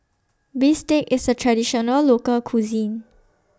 Bistake IS A Traditional Local Cuisine